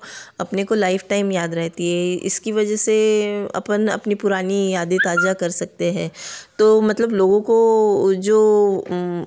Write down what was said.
अपने को life time याद रहती है इसकी वजह से अपन अपनी पुरानी यादें ताज़ा कर सकते हैं तो मतलब लोगों को जो